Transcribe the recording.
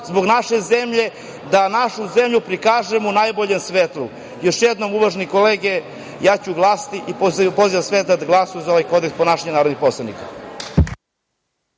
zbog naše zemlje, da našu zemlju prikažemo u najboljem svetlu. Još jednom uvažene kolege glasaću i pozivam sve kolege da glasaju za ovaj kodeks ponašanja narodnih poslanika.